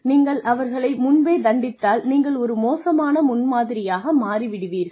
நீங்கள் அவர்களை முன்பே தண்டித்தால் நீங்கள் ஒரு மோசமான முன்மாதிரியாக மாறி விடுவீர்கள்